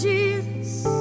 Jesus